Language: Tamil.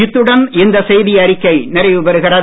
இத்துடன் இந்த செய்தியறிக்கை நிறைவுபெறுகிறது